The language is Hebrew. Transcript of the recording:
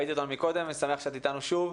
היית אתנו קודם, אני שמח שאת אתנו שוב.